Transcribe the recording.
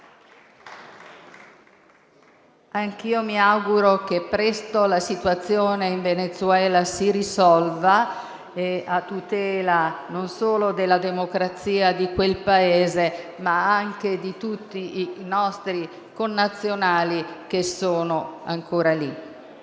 Anch'io mi auguro che presto la situazione in Venezuela si risolva, a tutela non solo della democrazia di quel Paese ma anche di tutti i nostri connazionali che sono ancora lì.